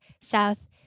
South